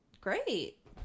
great